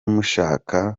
mushaka